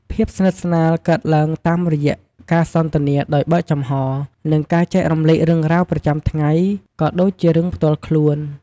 ភាពស្និទ្ធស្នាលកើនឡើងតាមរយៈការសន្ទនាដោយបើកចំហ និងការចែករំលែករឿងរ៉ាវប្រចាំថ្ងៃ ក៏ដូចជារឿងផ្ទាល់ខ្លួន។